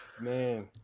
man